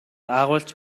агуулж